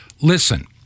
Listen